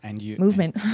movement